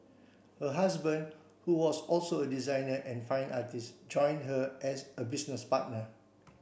her husband who was also a designer and fine artist join her as a business partner